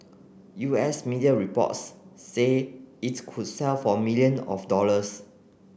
U S media reports say it could sell for million of dollars